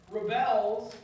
rebels